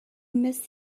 miss